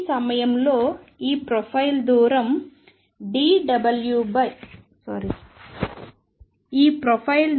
t సమయంలో ఈ profile దూరం dωdkk0 t